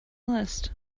list